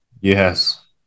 Yes